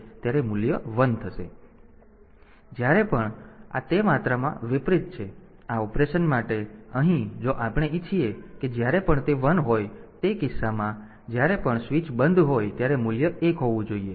તેથી જ્યારે પણ આ તે માત્ર વિપરીત છે તેથી આ ઑપરેશન માટે અહીં જો આપણે ઇચ્છીએ કે જ્યારે પણ તે 1 હોય તો તે કિસ્સામાં જ્યારે પણ તે જ્યારે પણ સ્વિચ બંધ હોય ત્યારે મૂલ્ય એક હોવું જોઈએ